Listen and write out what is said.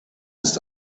ist